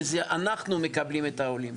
ואנחנו מקבלים את העולים.